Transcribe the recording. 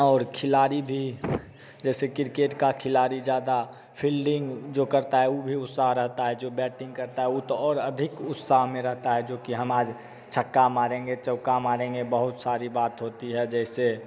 और खिलाड़ी भी जैसे किरकेट का खिलाड़ी ज़्यादा फील्डिंग जो करता है ऊ भी उत्साह रहता है जो बैटिंग करता है ऊ तो और अधिक उत्साह में रहता है जो कि हम आज छक्का मारेंगे चौका मारेंगे बहुत सारी बात होती है जैसे